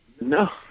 No